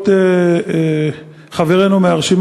התשע"ה